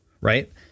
right